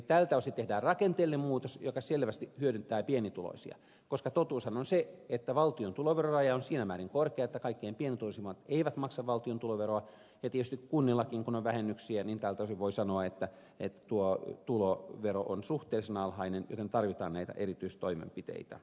tältä osin tehdään rakenteellinen muutos joka selvästi hyödyttää pienituloisia koska totuushan on se että valtion tuloveroraja on siinä määrin korkea että kaikkein pienituloisimmat eivät maksa valtion tuloveroa ja tietysti kun kunnillakin on vähennyksiä niin tältä osin voi sanoa että tuo tulovero on suhteellisen alhainen joten tarvitaan näitä erityistoimenpiteitä